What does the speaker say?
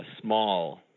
small